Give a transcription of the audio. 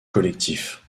collectif